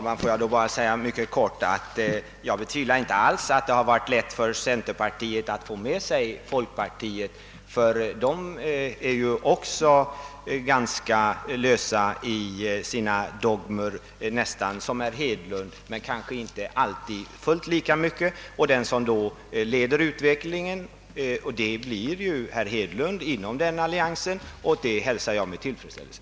Herr talman! Jag betvivlar inte alls att det har varit lätt för centerpartiet att få folkpartiet med sig, ty även folkpartiet är ju ganska obundet av dogmer — nästan som herr Hedlund men kanske inte alltid fullt lika utpräglat. Och den som då leder utvecklingen inom den alliansen blir ju herr Hedlund, vilket jag hälsar med tillfredsställelse.